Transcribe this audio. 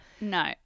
no